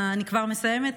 אני כבר מסיימת,